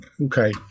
Okay